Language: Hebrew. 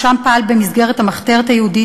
שם פעל במסגרת המחתרת היהודית,